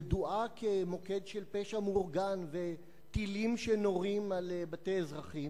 הידועה כמוקד של פשע מאורגן וטילים שנורים על בתי אזרחים,